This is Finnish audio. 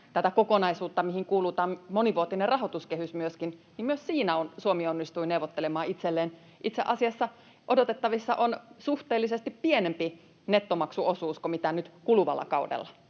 tätä kokonaisuutta, mihin kuuluu monivuotinen rahoituskehys myöskin, niin myös siinä Suomi onnistui neuvottelemaan itselleen. Itse asiassa odotettavissa on suhteellisesti pienempi nettomaksuosuus kuin nyt kuluvalla kaudella.